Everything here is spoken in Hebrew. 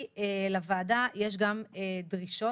לוועדה יש גם דרישות,